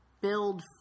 build